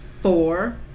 Four